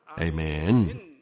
Amen